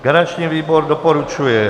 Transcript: Garanční výbor doporučuje